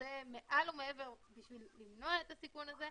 עושה מעל ומעבר כדי למנוע את הסיכון הזה,